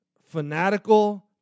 fanatical